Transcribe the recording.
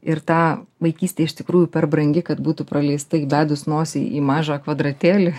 ir tą vaikystė iš tikrųjų per brangi kad būtų praleista įbedus nosį į mažą kvadratėlį